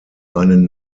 einen